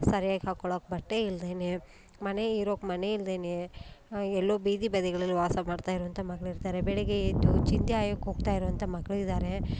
ಸರಿಯಾಗಿ ಹಾಕೊಳ್ಳೋಕ್ಕೆ ಬಟ್ಟೆ ಇಲ್ಲದೇನೆ ಮನೆ ಇರೋಕ್ಕೆ ಮನೆ ಇಲ್ಲದೇನೆ ಎಲ್ಲೋ ಬೀದಿ ಬದಿಗಳಲ್ಲಿ ವಾಸ ಮಾಡ್ತಾ ಇರುವಂಥ ಮಕ್ಳು ಇರ್ತಾರೆ ಬೆಳಗ್ಗೆ ಎದ್ದು ಚಿಂದಿ ಆಯೋಕ್ಕೆ ಹೋಗ್ತಾ ಇರುವಂಥ ಮಕ್ಳು ಇದ್ದಾರೆ